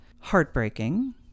heartbreaking